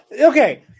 okay